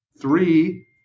three